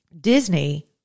disney